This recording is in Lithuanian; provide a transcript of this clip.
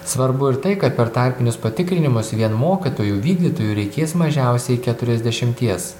svarbu ir tai kad per tarpinius patikrinimus vien mokytojų vykdytojų reikės mažiausiai keturiasdešimties